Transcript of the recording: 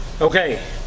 okay